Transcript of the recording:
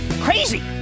crazy